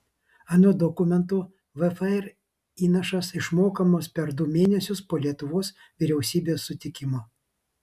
anot dokumentų vfr įnašas išmokamas per du mėnesius po lietuvos vyriausybės sutikimo